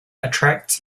attracts